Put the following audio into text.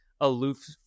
aloof